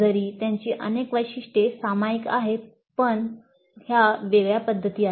जरी त्यांची अनेक वैशिष्ट्ये सामायिक आहेत पण त्या वेगळ्या पध्द्ती आहेत